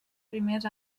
primers